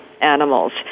animals